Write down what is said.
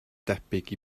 debyg